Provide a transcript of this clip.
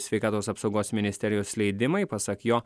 sveikatos apsaugos ministerijos leidimai pasak jo